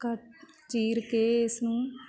ਕੱਟ ਚੀਰ ਕੇ ਇਸਨੂੰ